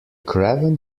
craven